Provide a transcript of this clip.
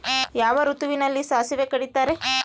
ಯಾವ ಋತುವಿನಲ್ಲಿ ಸಾಸಿವೆ ಕಡಿತಾರೆ?